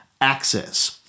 access